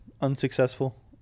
unsuccessful